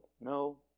No